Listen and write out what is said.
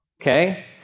Okay